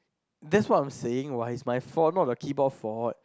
that's what I'm saying what it's my fault not the keyboard fault